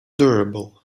durable